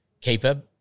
keeper